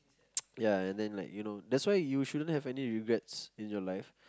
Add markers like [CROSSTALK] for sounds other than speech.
[NOISE] and then like that you know that's why you shouldn't have regrets in your life